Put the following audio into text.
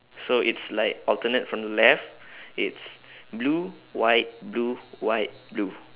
so it's like alternate from the left it's blue white blue white blue